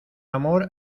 amor